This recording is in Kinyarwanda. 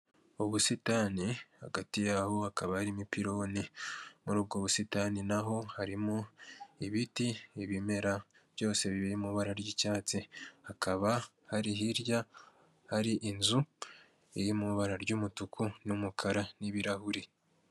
Ubusitani hagati yaho hakaba harimo ipiloni mur' ubwo busitani naho harimo ibiti, ibimera byose biri mu ibara ry'icyatsi ,hakaba hari hirya hari inzu iri mubara ry'umutuku, n'umukara n'ibirahuri.